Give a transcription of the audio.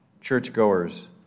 churchgoers